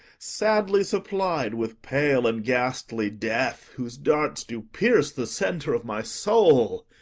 sadly supplied with pale and ghastly death, whose darts do pierce the centre of my soul.